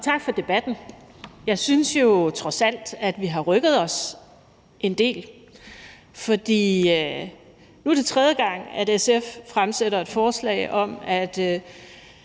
tak for debatten. Jeg synes jo trods alt, at vi har rykket os en del, for nu er det tredje gang, SF fremsætter et forslag om, at